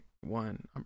one